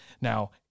Now